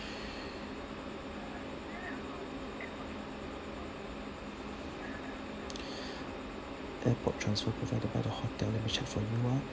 airport transfer provided by the hotel let me check for you ah